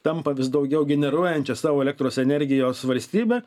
tampa vis daugiau generuojančia savo elektros energijos valstybe